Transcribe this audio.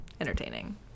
entertaining